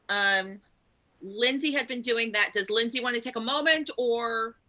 um lindsay had been doing that. does lindsay wanna take a moment or